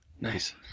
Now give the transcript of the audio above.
Nice